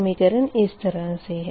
समीकरण इस तरह से है